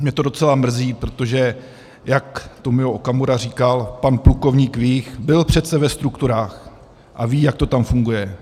Ale u SPD mě to docela mrzí, protože jak Tomio Okamura říkal, pan plukovník Vích byl přece ve strukturách a ví, jak to tam funguje.